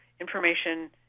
information